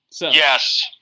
Yes